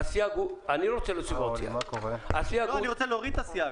לא, אני רוצה להוריד את הסייג.